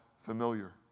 familiar